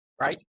right